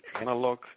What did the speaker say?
analog